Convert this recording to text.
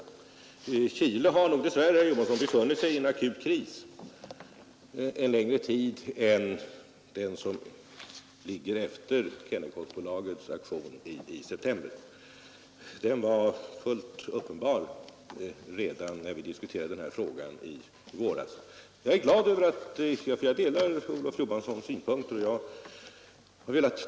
Chile har nog dess värre, herr Johansson, befunnit sig i en kris under en längre tid än den som ligger efter Kennecottbolagets aktion i september. Krisen var uppenbar när vi diskuterade den här frågan i våras. Jag är glad att kunna säga att jag delar Olof Johanssons synpunkter i den här frågan.